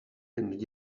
and